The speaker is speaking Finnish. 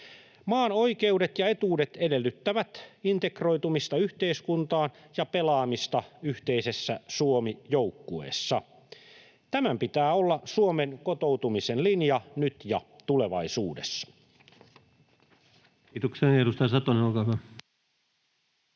Maan oikeudet ja etuudet edellyttävät integroitumista yhteiskuntaan ja pelaamista yhteisessä Suomi-joukkueessa. Tämän pitää olla Suomen kotoutumisen linja nyt ja tulevaisuudessa. Kiitoksia. — Ja edustaja Satonen, olkaa hyvä.